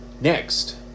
Next